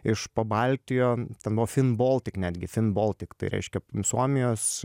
iš pabaltijo ten buvo fin boltik netgi fin boltik tai reiškia suomijos